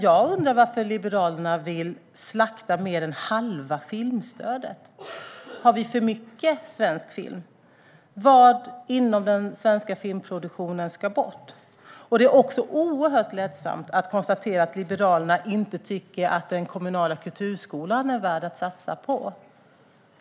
Jag undrar dock varför Liberalerna vill slakta mer än halva filmstödet. Har vi för mycket svensk film? Vad ska bort inom den svenska filmproduktionen? Det är lätt att se att Liberalerna inte tycker att den kommunala kulturskolan är värd att satsa på.